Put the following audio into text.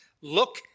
look